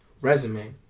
resume